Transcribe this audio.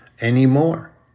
anymore